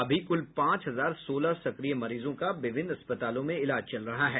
अभी कुल पांच हजार सोलह सक्रिय मरीजों का विभिन्न अस्पतालों में इलाज चल रहा है